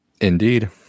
indeed